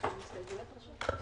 תוכל להסביר את ההגדרות?